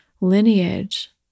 lineage